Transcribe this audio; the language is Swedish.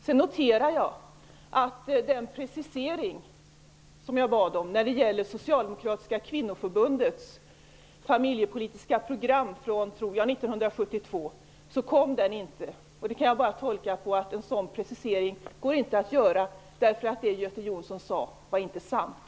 Sedan noterar jag att den precisering som jag bad om när det gäller det socialdemokratiska kvinnoförbundets familjepolitiska program från 1972, tror jag, inte kom. Det kan jag bara tolka som att det inte går att göra en sådan precisering därför att det Göte Jonsson sade inte var sant.